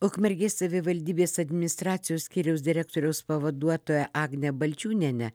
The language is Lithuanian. ukmergės savivaldybės administracijos skyriaus direktoriaus pavaduotoją agnę balčiūnienę